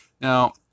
Now